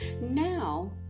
Now